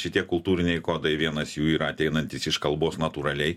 šitie kultūriniai kodai vienas jų yra ateinantis iš kalbos natūraliai